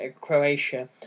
Croatia